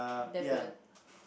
devil